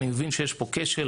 אני מבין שיש פה כשל,